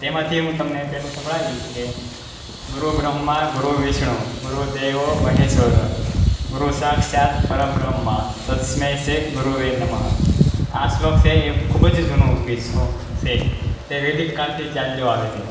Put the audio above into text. તેમાંથી હુ તમને પહેલું સંભળાવીશ કે ગુરુ બ્રહ્મા ગુરુ વિષ્ણુ ગુરુ દેવો મહેશશ્વરા ગુરુ સાક્ષાત પરમ બ્રહ્મા તસ્મૈ શ્રી ગુરુ વે નમહ આ શ્લોક છે એ ખૂબ જ જૂનો ગીત સોંગ છે તે વૈદિક કાળથી ચાલ્યો આવે છે